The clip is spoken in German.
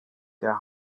der